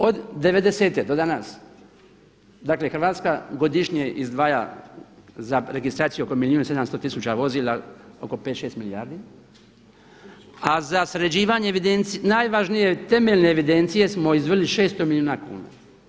Od '90-te do danas, dakle Hrvatska godišnje izdvaja za registraciju oko milijun i 700 tisuća vozila oko 5, 6 milijardi a za sređivanje najvažnije temeljne evidencije smo izdvojili 600 milijuna kuna.